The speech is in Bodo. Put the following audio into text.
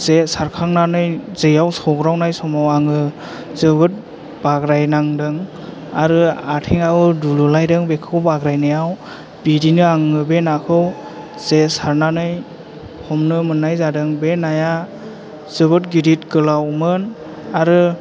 जे सारखांनानै जेयाव सोवग्रावनाय समाव आङो जोबोद बाग्राइनांदों आरो आथेंआवबो दुलुलायदों बेखौ बाग्रायनाइयाव बिदिनो आङो बे नाखौ जे सारनानै हमनो मोननाय जादों बे नाया जोबोद गिदिद गोलावमोन आरो